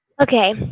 okay